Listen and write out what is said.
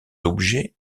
objets